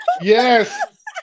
Yes